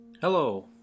Hello